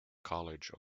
college